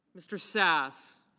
mr. sasse.